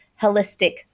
holistic